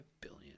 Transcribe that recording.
billion